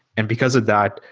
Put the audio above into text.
and because of that,